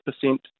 percent